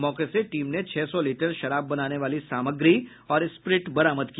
मौके से टीम ने छह सौ लीटर शराब बनाने वाली सामग्री और स्प्रिट बरामद किया